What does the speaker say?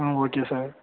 ah okay sir